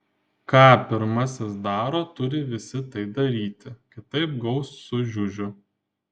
ką pirmasis daro turi visi tai daryti kitaip gaus su žiužiu